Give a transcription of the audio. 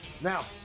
Now